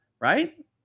right